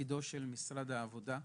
מתפקידו של משרד העבודה.